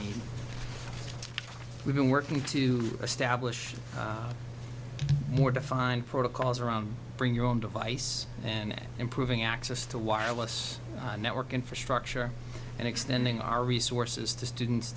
s we've been working to establish a more defined protocols around bring your own device and improving access to wireless network infrastructure and extending our resources to students